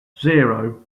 zero